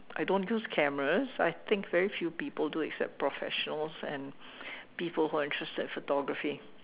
I don't use cameras I think very few people do except professionals and people who are interested in photography